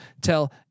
tell